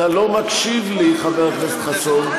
אתה לא מקשיב לי, חבר הכנסת חסון.